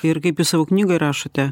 ir kaip jūs savo knygoj rašote